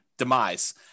demise